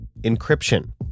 encryption